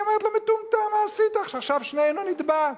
היא אומרת לו: מטומטם, מה עשית, עכשיו שנינו נטבע.